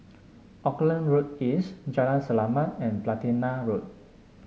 Auckland Road East Jalan Selamat and Platina Road